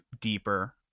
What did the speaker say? deeper